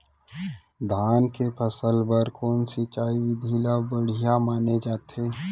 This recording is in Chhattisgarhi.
धान के फसल बर कोन सिंचाई विधि ला बढ़िया माने जाथे?